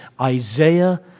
Isaiah